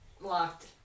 locked